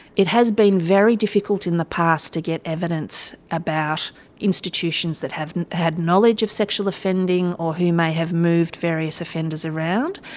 it has been very difficult in the past to get evidence about institutions that have had knowledge of sexual offending or who may have moved various offenders around.